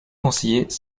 conseillers